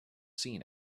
seen